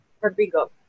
Rodrigo